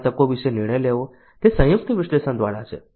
અમારી તકો વિશે નિર્ણય લેવો તે સંયુક્ત વિશ્લેષણ દ્વારા છે